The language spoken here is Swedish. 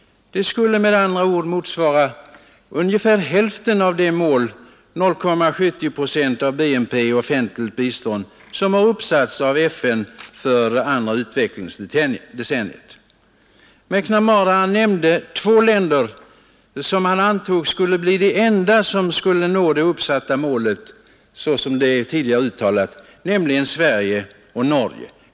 Det skulle med andra ord motsvara ungefär hälften av det mål, 0,70 procent av BNP i offentligt bistånd, som har uppsatts av FN för det andra utvecklingsdecenniet. McNamara nämnde två länder som han antog skulle bli de enda som nådde det uppsatta målet, såsom det tidigare uttalats, nämligen Sverige och Norge.